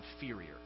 inferior